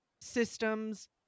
systems